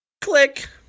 Click